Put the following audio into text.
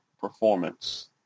performance